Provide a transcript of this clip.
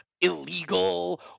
illegal